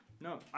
No